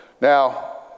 Now